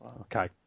Okay